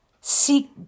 seek